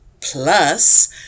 plus